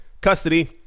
custody